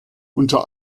unter